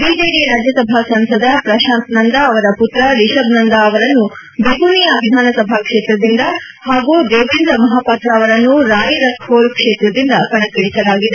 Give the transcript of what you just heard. BJP Rajya Sabha ಸಂಸದ ಪ್ರಶಾಂತ್ನಂದ ಅವರ ಪುತ್ರ ರಿಷಬ್ ನಂದ ಅವರನ್ನು ಬೆಗುನಿಯಾ ವಿಧಾನಸಾ ಕ್ಷೇತ್ರದಿಂದ ಹಾಗೂ ದೇಬಂದ್ರ ಮಹಾಪಾತ್ರ ಅವರನ್ನು ರಾಯ್ರಖೊಲ್ ಕ್ಷೇತ್ರದಿಂದ ಕಣಕ್ಕಿಳಿಸಲಾಗಿದೆ